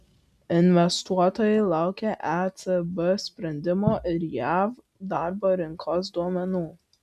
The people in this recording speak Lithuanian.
investuotojai laukia ecb sprendimo ir jav darbo rinkos duomenų